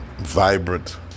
vibrant